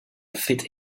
fit